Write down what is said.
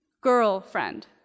Girlfriend